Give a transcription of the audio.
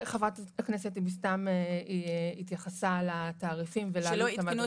חברת הכנסת אבתיסאם מראענה התייחסה לתעריפים --- שלא עדכנו